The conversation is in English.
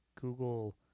Google